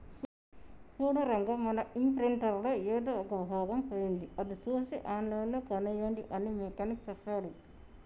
సూడు రంగా మన ఇంప్రింటర్ లో ఎదో ఒక భాగం పోయింది అది సూసి ఆన్లైన్ లో కోనేయండి అని మెకానిక్ సెప్పాడు